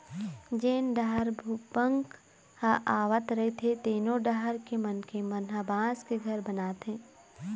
जेन डहर भूपंक ह आवत रहिथे तेनो डहर के मनखे मन ह बांस के घर बनाथे